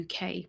UK